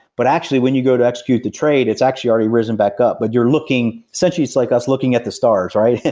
but actually when you go to execute the trade, it's actually already risen back up, but you're looking essentially it's like us looking at the stars, right?